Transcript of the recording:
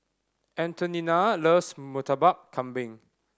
Antonina loves Murtabak Kambing